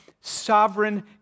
sovereign